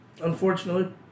Unfortunately